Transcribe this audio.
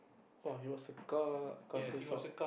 !woah! it was a car castle swap